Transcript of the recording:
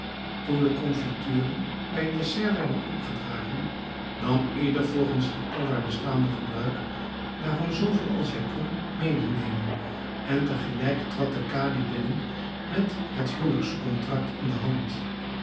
toen de confituren bij het dessert werden opgedragen nam ieder volgens het aldaar bestaande gebruik daarvan zooveel als hij kon medenemen en te gelijk trad de kadi binnen met het huwelijks kontrakt in de hand